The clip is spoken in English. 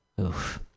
Oof